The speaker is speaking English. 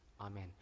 Amen